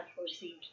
received